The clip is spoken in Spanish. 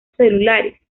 celulares